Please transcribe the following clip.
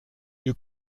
you